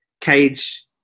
Cage